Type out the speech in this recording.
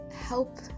help